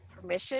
permission